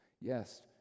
Yes